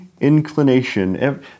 inclination